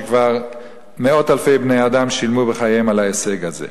וכבר מאות-אלפי בני אדם שילמו בחייהם על ההישג הזה.